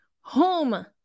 home